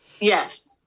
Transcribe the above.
Yes